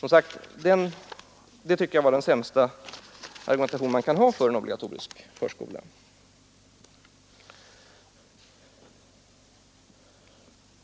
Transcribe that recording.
Det tycker jag som sagt är den sämsta argumentation man kan ha för en obligatorisk förskola.